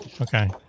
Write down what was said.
Okay